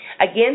Again